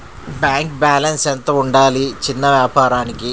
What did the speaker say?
Bank balance ఎంత ఉండాలి చిన్న వ్యాపారానికి?